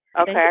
Okay